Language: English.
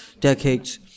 decades